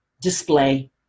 display